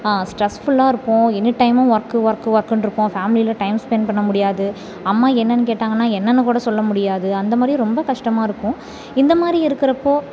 ஸ்ட்ரெஸ்ஃபுல்லாக இருப்போம் எனிடைமும் work work ஒர்க்குனிருப்போம் ஃபேம்லியில் டைம் ஸ்பென்ட் பண்ண முடியாது அம்மா என்னென்று கேட்டாங்கன்னால் என்னென்று கூட சொல்ல முடியாது அந்த மாதிரி ரொம்ப கஷ்டமாக இருக்கும் இந்த மாதிரி இருக்கிறப்போ